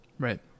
Right